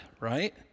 right